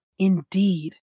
Indeed